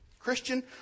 Christian